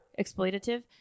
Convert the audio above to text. exploitative